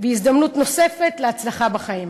והזדמנות נוספת להצלחה בחיים.